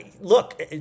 Look